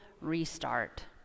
restart